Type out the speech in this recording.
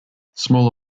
smaller